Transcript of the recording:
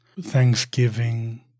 Thanksgiving